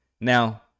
now